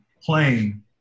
playing